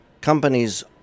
companies